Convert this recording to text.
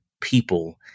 people